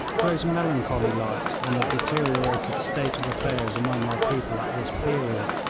throws a melancholy light on the deteriorated state of affairs among our people at this period,